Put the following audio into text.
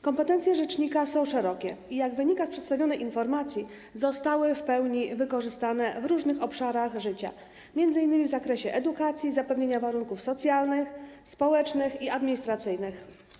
Kompetencje rzecznika są szerokie i, jak wynika z przedstawionej informacji, zostały w pełni wykorzystane w różnych obszarach życia, m.in. w zakresie edukacji, zapewnienia warunków socjalnych, społecznych i administracyjnych.